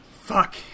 Fuck